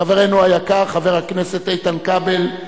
חברנו היקר חבר הכנסת איתן כבל,